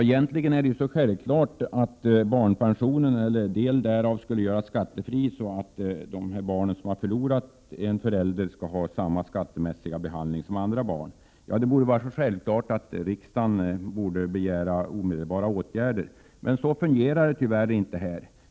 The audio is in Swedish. Egentligen är det självklart att barnpensionen eller del därav skall göras skattefri, så att barn som har förlorat en förälder får samma skattemässiga behandling som andra barn. Det är så självklart att riksdagen borde begära omedelbara åtgärder. Men så fungerar det tyvärr inte.